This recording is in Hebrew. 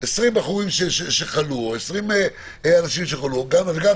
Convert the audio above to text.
20 בחורים שחלו אגב,